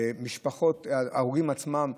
משפחות, ההרוגים עצמם,